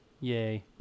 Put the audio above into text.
Yay